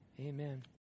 Amen